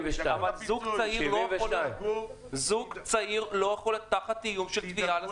אבל זוג צעיר לא יכול להיות תחת איום של תביעה.